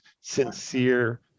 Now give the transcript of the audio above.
sincere